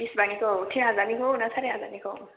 बिसिबांनिखौ थिन हाजारनिखौ ना सारि हाजारनिखौ